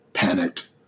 panicked